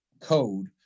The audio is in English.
code